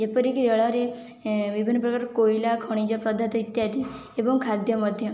ଏପରିକି ରେଳରେ ବିଭିନ୍ନ ପ୍ରକାର କୋଇଲା ଖଣିଜ ପଦାର୍ଥ ଇତ୍ୟାଦି ଏବଂ ଖାଦ୍ୟ ମଧ୍ୟ